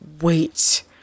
wait